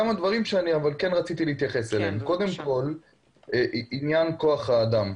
שכן רציתי להתייחס אליהם, קודם כל עניין כוח האדם.